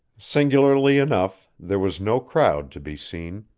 singularly enough there was no crowd to be seen,